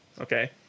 okay